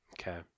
Okay